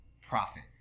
profit